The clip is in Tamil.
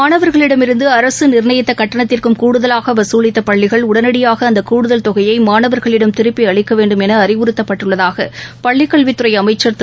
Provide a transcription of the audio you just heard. மாணவர்களிடம் இருந்து அரசு நிர்ணயித்த கட்டணத்திற்கும் கூடுதலாக வசூலித்த பள்ளிகள் உடனடியாக அந்த கூடுதல் தொகையை மாணவர்களிடம் திருப்பி அளிக்க வேண்டும் என அறிவுறத்தப்பட்டுள்ளதாக பள்ளிக்கல்வித்துறை அமைச்ச் திரு